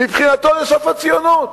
מבחינתו זו סוף הציונות.